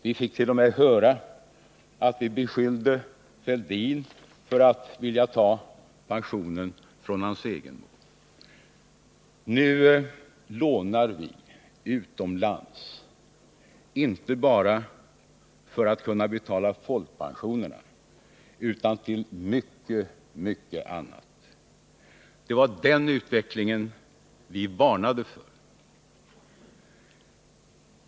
Vi fick t.o.m. höra att vi beskyllde Thorbjörn Fälldin för att vilja ta pensionen från hans egen mor. Nu lånar vi utomlands inte bara för att kunna betala folkpensionerna utan till mycket, mycket annat. Det var den utvecklingen vi varnade för.